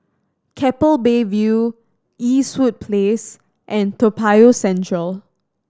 Keppel Bay View Eastwood Place and Toa Payoh Central